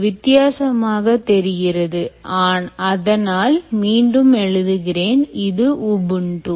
இது வித்தியாசமாக தெரிகிறது அதனால் மீண்டும் எழுதுகிறேன் இது ubuntu